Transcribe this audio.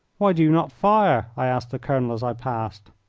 why do you not fire? i asked the colonel as i passed.